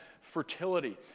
fertility